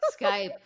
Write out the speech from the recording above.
Skype